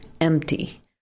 empty